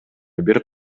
бир